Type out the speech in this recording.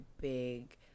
big